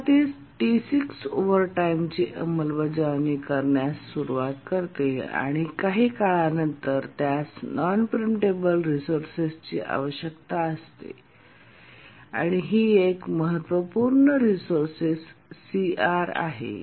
सुरूवातीस T6 ओव्हरटाइमची अंमलबजावणी करण्यास सुरवात करते आणि काही काळा नंतर त्यास नॉन प्रिम्पटेबल रिसोर्सेसची आवश्यकता असते आणि ही एक महत्त्वपूर्ण रिसोर्सेस CR आहे